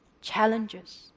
challenges